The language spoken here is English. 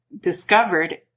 discovered